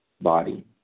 body